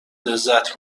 لذت